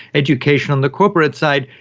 education on the corporate side,